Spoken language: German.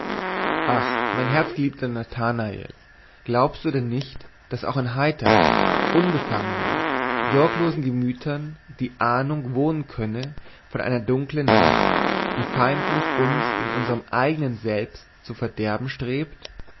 ach mein herzgeliebter nathanael glaubst du denn nicht daß auch in heitern unbefangenen sorglosen gemütern die ahnung wohnen könne von einer dunklen macht die feindlich uns in unserm eignen selbst zu verderben strebt